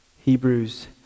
Hebrews